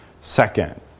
Second